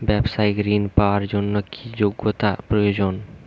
ব্যবসায়িক ঋণ পাওয়ার জন্যে কি যোগ্যতা প্রয়োজন?